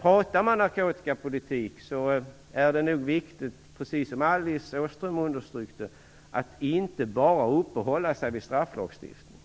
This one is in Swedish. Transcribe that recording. Pratar man narkotikapolitik tror jag att det är viktigt precis som Alice Åström underströk att inte bara uppehålla sig vid strafflagstiftningen.